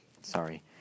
Sorry